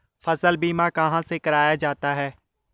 फसल बीमा कहाँ से कराया जाता है?